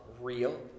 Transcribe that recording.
real